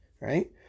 right